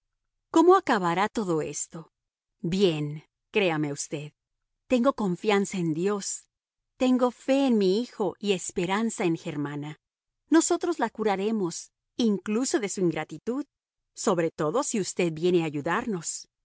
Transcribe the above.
cómo acabará todo esto bien créame usted tengo confianza en dios tengo fe en mi hijo y esperanza en germana nosotros la curaremos incluso de su ingratitud sobre todo si usted viene a ayudarnos